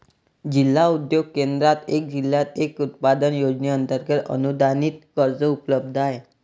जिल्हा उद्योग केंद्रात एक जिल्हा एक उत्पादन योजनेअंतर्गत अनुदानित कर्ज उपलब्ध आहे